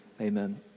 Amen